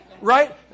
Right